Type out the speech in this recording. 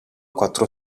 quattro